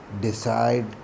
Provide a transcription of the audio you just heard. decide